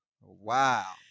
Wow